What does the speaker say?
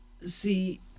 see